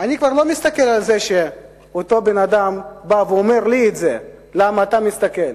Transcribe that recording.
אני כבר לא מסתכל על זה שאותו בן-אדם בא ואומר לי את זה: למה אתה מסתכל?